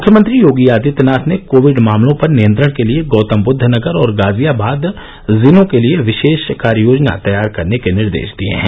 मुख्यमंत्री योगी आदित्यनाथ ने कोविड मामलों पर नियंत्रण के लिए गौतमब्द्वनगर और गाजियाबाद जिलों के लिए विशेष कार्य योजना तैयार करने के निर्देश दिए हैं